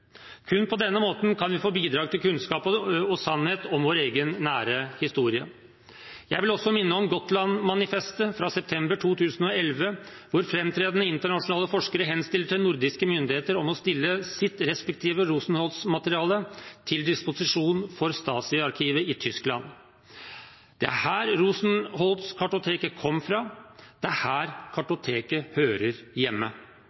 Kun på denne måten kan vi få bidrag til kunnskap og sannhet om vår egen nære historie. Jeg vil også minne om Gotland-manifestet fra september 2011, hvor framtredende internasjonale forskere henstilte til nordiske myndigheter om å stille sitt respektive Rosenholz-materiale til disposisjon for Stasi-arkivet i Tyskland. Det er her Rosenholz-kartoteket kom fra, det er her kartoteket hører hjemme.